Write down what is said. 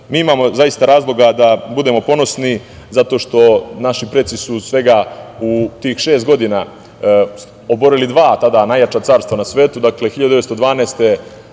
mi imamo zaista razloga da budemo ponosni zato što su naši preci u tih šest godina oborili tada dva najjača carstva na svetu. Dakle, 1912.